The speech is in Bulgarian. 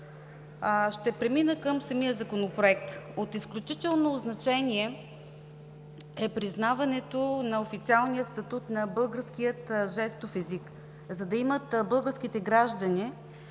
Ще премина към самия Законопроект. От изключително значение е признаването на официалния статут на българския жестов език, за да имат българските граждани